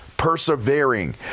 persevering